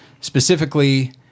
specifically